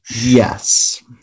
yes